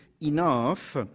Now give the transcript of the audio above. enough